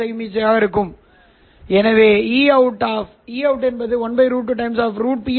L மின் களத்தில் உள்ளது இது ஆப்டிகல் டொமைனில் பி